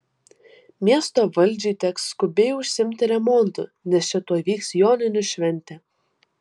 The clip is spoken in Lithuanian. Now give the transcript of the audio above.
miesto valdžiai teks skubiai užsiimti remontu nes čia tuoj vyks joninių šventė